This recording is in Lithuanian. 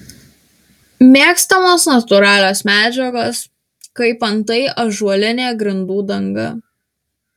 mėgstamos natūralios medžiagos kaip antai ąžuolinė grindų danga